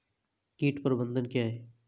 कीट प्रबंधन क्या है?